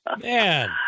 man